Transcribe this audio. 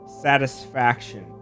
Satisfaction